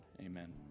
amen